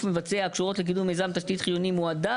מבצע הקשורות לקידום מיזם תשתית חיוני מועדף,